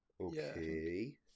Okay